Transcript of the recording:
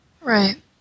Right